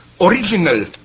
original